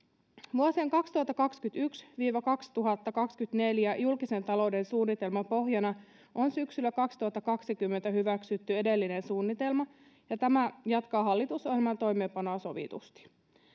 vuosien kaksituhattakaksikymmentäyksi viiva kaksituhattakaksikymmentäneljä julkisen talouden suunnitelman pohjana on syksyllä kaksituhattakaksikymmentä hyväksytty edellinen suunnitelma ja tämä jatkaa hallitusohjelman toimeenpanoa sovitusti